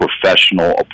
professional